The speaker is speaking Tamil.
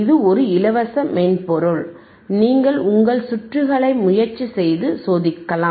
இது ஒரு இலவச மென்பொருள் நீங்கள் உங்கள் சுற்றுகளை முயற்சி செய்து சோதிக்கலாம்